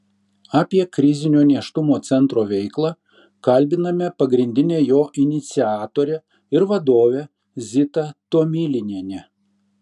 apie krizinio nėštumo centro veiklą kalbiname pagrindinę jo iniciatorę ir vadovę zitą tomilinienę